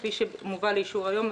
כפי שמובאת לאישור היום,